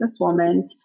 businesswoman